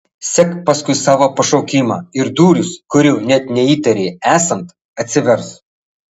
sek paskui savo pašaukimą ir durys kurių net neįtarei esant atsivers